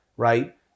right